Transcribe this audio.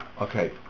Okay